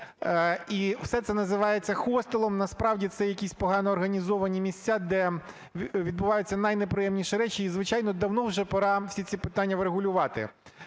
і все це називається хостелом. Насправді це якісь погано організовані місця, де відбуваються найнеприємніші речі. І звичайно, давно вже пора всі ці питання врегулювати.